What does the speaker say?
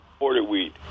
porterweed